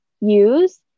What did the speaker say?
use